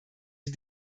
die